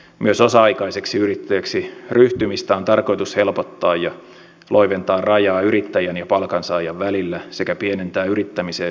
myös osa aikaiseksi yrittäjäksi ryhtymistä on tarkoitus helpottaa ja loiventaa rajaa yrittäjän ja palkansaajan välillä sekä pienentää yrittämiseen liittyviä riskejä